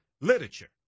literature